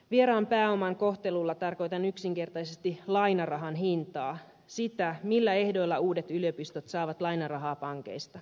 vieraan pääoman kohtelulla tarkoitan yksinkertaisesti lainarahan hintaa sitä millä ehdoilla uudet yliopistot saavat lainarahaa pankeista